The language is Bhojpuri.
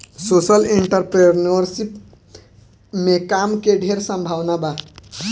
सोशल एंटरप्रेन्योरशिप में काम के ढेर संभावना बा